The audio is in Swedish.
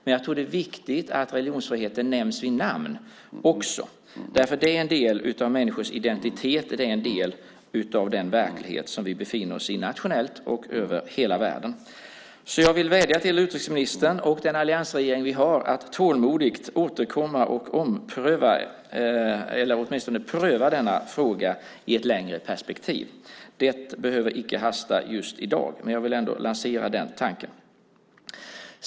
Men jag tror att det är viktigt att religionsfriheten nämns vid namn också. Det är en del av människors identitet. Det är en del av den verklighet vi befinner oss i nationellt och över hela världen. Jag vill vädja till utrikesministern och den alliansregering som vi har att tålmodigt återkomma och ompröva, eller åtminstone pröva denna fråga i ett längre perspektiv. Det behöver icke hasta just i dag. Men jag vill ändå lansera den tanken.